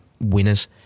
winners